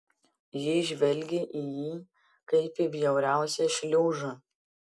ji žvelgė į jį kaip į bjauriausią šliužą